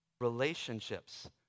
relationships